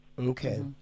Okay